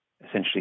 essentially